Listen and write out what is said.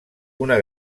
una